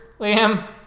Liam